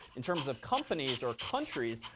in terms of companies or countries,